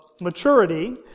maturity